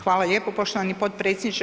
Hvala lijepo poštovani potpredsjedniče.